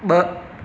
ब॒